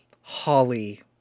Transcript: holly